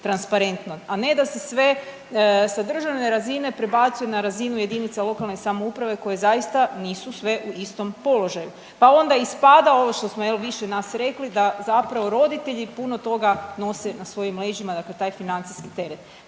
a ne da se sve sa državne razine prebacuje na razinu jedinica lokalne samouprave koje zaista nisu sve u istom položaju pa onda ispada ovo što smo jel više nas rekli da zapravo roditelji puno toga nose na svojim leđima, dakle taj financijski teret.